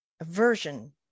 aversion